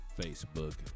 Facebook